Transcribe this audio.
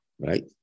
right